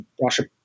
Russia